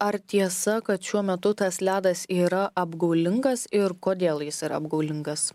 ar tiesa kad šiuo metu tas ledas yra apgaulingas ir kodėl jis yra apgaulingas